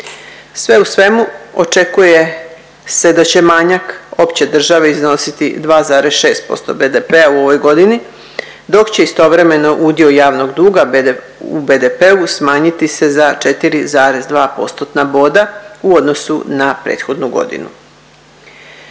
Sve u svemu očekuje se da će manjak opće države iznositi 2,6% BDP-a u ovoj godini, dok će istovremeno udio javnog duga u BDP-u smanjiti se za 4,2 postotna boda u odnosu na prethodnu godinu.